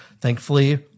Thankfully